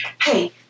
Hey